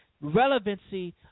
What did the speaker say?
relevancy